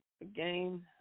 again